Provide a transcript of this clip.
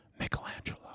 Michelangelo